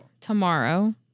Tomorrow